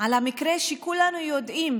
המקרה שכולנו יודעים